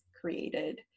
created